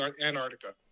Antarctica